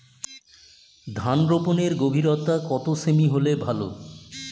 ধান রোপনের গভীরতা কত সেমি হলে ভালো?